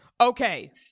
okay